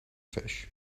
fish